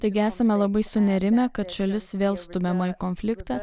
taigi esame labai sunerimę kad šalis vėl stumiama į konfliktą